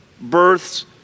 births